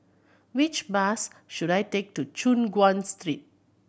which bus should I take to Choon Guan Street